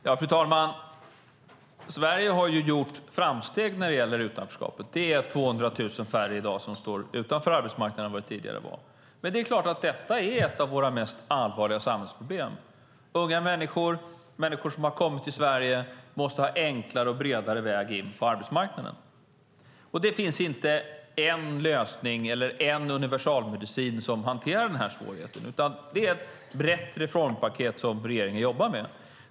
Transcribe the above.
Fru talman! Sverige har gjort framsteg när det gäller utanförskapet. Det är i dag 200 000 färre som står utanför arbetsmarknaden än tidigare. Men det är klart att detta är ett av våra mest allvarliga samhällsproblem. Unga människor, människor som har kommit till Sverige, måste ha enklare och bredare väg in på arbetsmarknaden. Det finns inte en enda lösning eller en universalmedicin som hanterar den svårigheten, utan det är ett brett reformpaket som regeringen jobbar med.